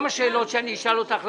רגע, נתת לנו חמש דקות להתייעצות סיעתית.